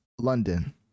London